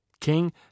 King